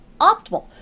optimal